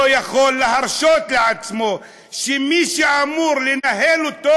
לא יכול להרשות לעצמו שמי שאמור לנהל אותו